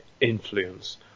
influence